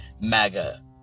MAGA